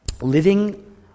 living